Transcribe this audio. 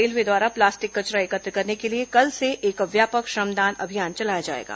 railway द्वारा plastic कचरा एकत्र करने के लिए कल से एक व्यापक श्रमदान अभियान चलाया जाएगा